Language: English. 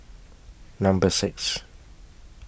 Number six